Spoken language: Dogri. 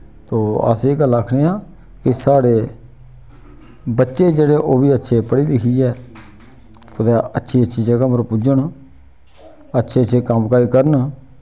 तो अस एह् गल्ल आखने आं कि साढ़े बच्चे जेह्ड़े ओह् बी अच्छे पढ़ी लिखियै कुतै अच्छी अच्छी जगह् पर पुज्जन अच्छे अच्छे कम्म काज करन